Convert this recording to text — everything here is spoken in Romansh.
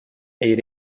eir